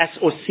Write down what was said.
SOC